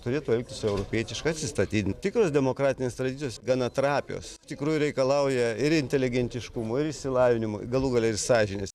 turėtų elgtis europietiškai atsistatydinti tikros demokratinės tradicijos gana trapios iš tikrųjų reikalauja ir inteligentiškumo ir išsilavinimo galų gale ir sąžinės